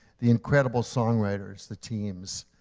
the incredible songwriters, the teams,